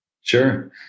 Sure